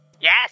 Yes